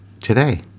today